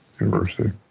university